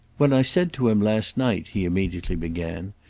when i said to him last night, he immediately began,